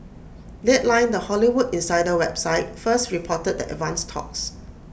deadline the Hollywood insider website first reported the advanced talks